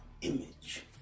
image